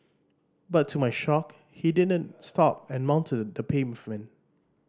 but to my shock he didn't stop and mounted the pavement